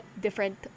different